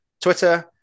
Twitter